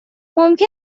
ممکن